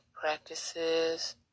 practices